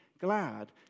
glad